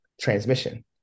transmission